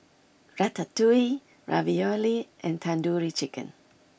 Ratatouille Ravioli and Tandoori Chicken